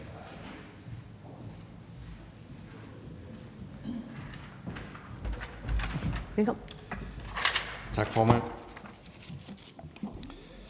Tak, formand.